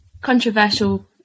controversial